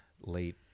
late